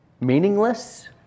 Meaningless